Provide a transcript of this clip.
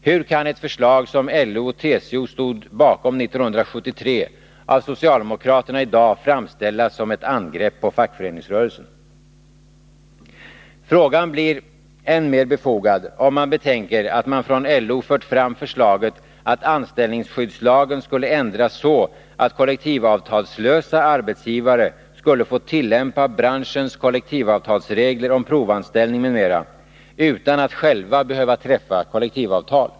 Hur kan ett förslag som LO och TCO stod bakom 1973 av socialdemokraterna i dag framställas som ett angrepp på fackföreningsrörelsen? Frågan blir än mer befogad om man betänker att LO fört fram förslaget att anställningsskyddslagen skulle ändras så att kollektivavtalslösa arbetsgivare skulle få tillämpa branschens kollektivavtalsregler om provanställning m.m. utan att själva behöva träffa kollektivavtal.